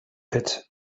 pit